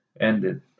Ended